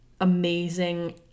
amazing